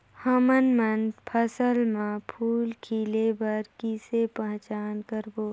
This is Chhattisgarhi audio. हमन मन फसल म फूल खिले बर किसे पहचान करबो?